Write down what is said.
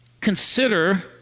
consider